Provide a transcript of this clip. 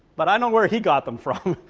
but i don't where he got them from,